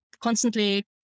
constantly